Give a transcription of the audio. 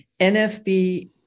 NFB